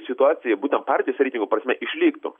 situacija būtent partijos reitingų prasme išliktų